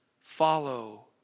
Follow